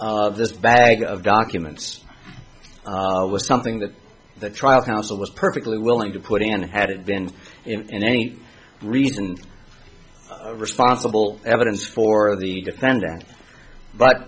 this bag of documents was something that the trial counsel was perfectly willing to put in hadn't been in any reasoned responsible evidence for the defendant but